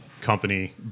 company